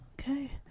okay